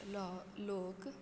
law लोक